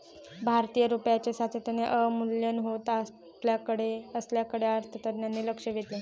भारतीय रुपयाचे सातत्याने अवमूल्यन होत असल्याकडे अर्थतज्ज्ञांनी लक्ष वेधले